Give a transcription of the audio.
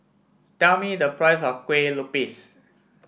tell me the price of Kuih Lopes